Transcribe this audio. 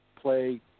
play